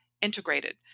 integrated